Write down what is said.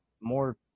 more